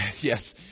yes